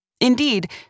Indeed